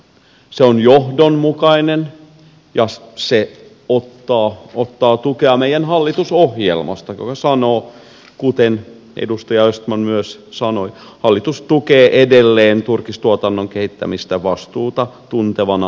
se on johdonmukainen ja se ottaa tukea meidän hallitusohjelmastamme joka sanoo kuten edustaja östman myös sanoi että hallitus tukee edelleen turkistuotannon kehittämistä vastuuta tuntevana elinkeinona